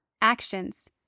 Actions